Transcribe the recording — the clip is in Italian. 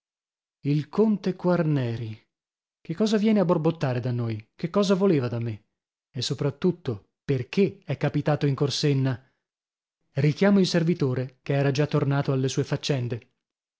il conte quarneri che cosa viene a borbottare da noi che cosa voleva da me e sopra tutto perchè è capitato in corsenna richiamo il servitore che era già tornato alle sue faccende